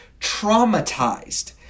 traumatized